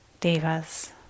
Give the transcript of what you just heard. devas